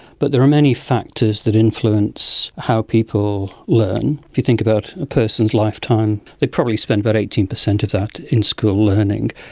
but there are many factors that influence how people learn. if you think about a person's lifetime, they probably spend about eighteen percent of that in school learning,